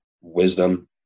wisdom